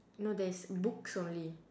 no there is books only